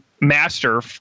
master